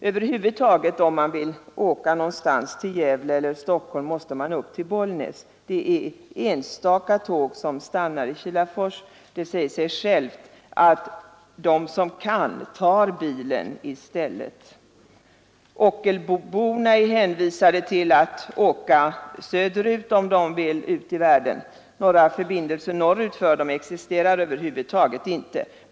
Över huvud taget måste man — om man vill åka någonstans, till Gävle eller Stockholm — upp till Bollnäs. Enstaka tåg stannar i Kilafors, och det säger sig självt att de som kan tar bilen i stället. Ockelboborna är hänvisade till att åka söderut om de vill ut i världen. Några förbindelser norrut existerar inte.